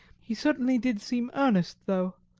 he certainly did seem earnest, though.